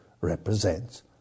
represents